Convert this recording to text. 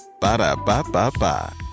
Ba-da-ba-ba-ba